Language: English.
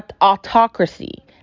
autocracy